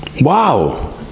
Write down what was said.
Wow